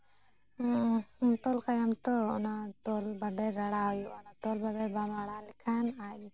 ᱛᱚᱞ ᱠᱟᱭᱟᱢ ᱛᱚ ᱚᱱᱟ ᱛᱚᱞ ᱵᱟᱵᱮᱨ ᱨᱟᱲᱟ ᱦᱩᱭᱩᱜᱼᱟ ᱚᱱᱟ ᱛᱚᱞ ᱵᱟᱵᱮᱨ ᱵᱟᱢ ᱨᱟᱲᱟ ᱞᱮᱠᱷᱟᱱ